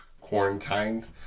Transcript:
quarantined